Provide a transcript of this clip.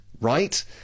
right